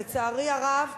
לצערי הרב,